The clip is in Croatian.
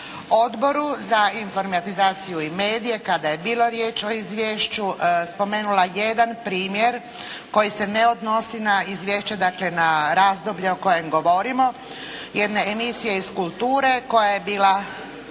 Odboru za informatizaciju i medije kada je bilo riječ o izvješću spomenula jedan primjer koji se ne odnosi na izvješće dakle na razdoblje o kojem govorimo, jedne emisije iz kulture koja je bila